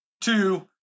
two